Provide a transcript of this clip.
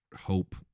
hope